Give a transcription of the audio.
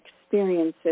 experiences